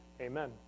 amen